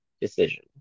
decision